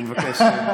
אני מבקש,